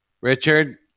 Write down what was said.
Richard